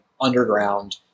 underground